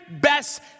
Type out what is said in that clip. best